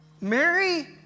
Mary